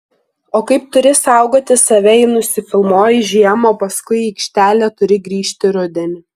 o kaip turi saugoti save jei nusifilmuoji žiemą o paskui į aikštelę turi grįžti rudenį